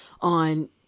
on